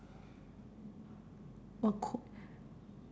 what cau~